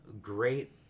great